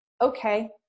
okay